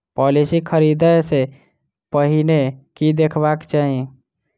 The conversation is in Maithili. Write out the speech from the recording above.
पॉलिसी खरीदै सँ पहिने की देखबाक चाहि?